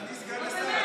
אדוני סגן השר,